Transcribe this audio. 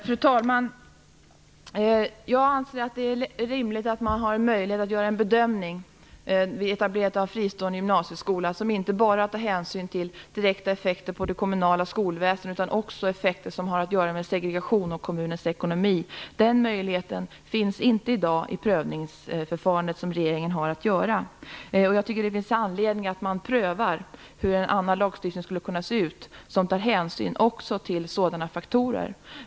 Fru talman! Jag anser att det är rimligt att man har möjlighet att göra en bedömning vid etablerandet av en fristående gymnasieskola som inte bara tar hänsyn till direkta effekter på det kommunala skolväsendet utan också effekter som har att göra med segregation och kommunens ekonomi. Den möjligheten finns inte i dag i det prövningsförfarande som regeringen har att följa. Jag tycker att det finns anledning att pröva hur en annan lagstiftning skulle kunna se ut, en lag som tar hänsyn också till sådana faktorer.